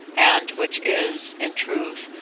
and which is, in truth,